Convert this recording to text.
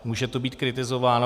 Může to být kritizováno.